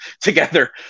together